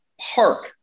Park